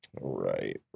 Right